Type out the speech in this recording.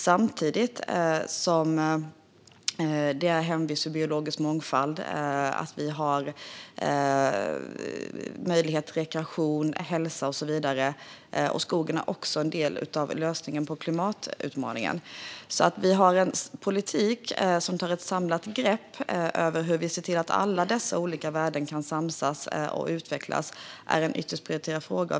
Samtidigt är skogen hemvist för biologisk mångfald, och den ger oss möjlighet till rekreation, hälsa och så vidare. Skogen utgör också en del av lösningen på klimatutmaningen. Vi har en politik som tar ett samlat grepp om hur vi ser till att alla dessa värden kan samsas och utvecklas. Det är en ytterst prioriterad fråga.